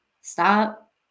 stop